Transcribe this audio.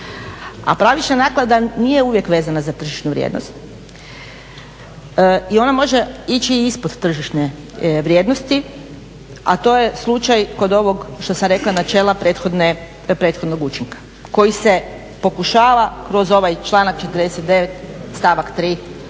a pravična naknada nije uvijek vezana za tržišnu vrijednost i ona može ići ispod tržišne vrijednosti, a to je slučaj kod ovog što sam rekla načela prethodnog učinka koji se pokušava kroz ovaj članak 49., stavak 3.